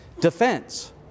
Defense